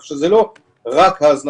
כך שזה לא רק ההזנחה.